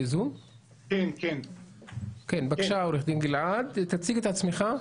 בבקשה, תציג את עצמך.